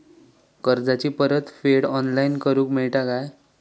कर्जाची परत फेड ऑनलाइन करूक मेलता काय?